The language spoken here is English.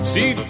See